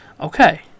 Okay